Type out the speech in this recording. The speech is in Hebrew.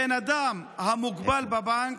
האדם המוגבל בבנק,